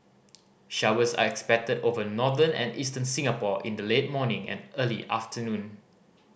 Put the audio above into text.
showers are expected over northern and eastern Singapore in the late morning and early afternoon